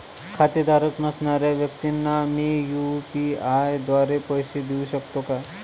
खातेधारक नसणाऱ्या व्यक्तींना मी यू.पी.आय द्वारे पैसे देऊ शकतो का?